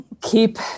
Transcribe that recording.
keep